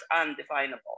undefinable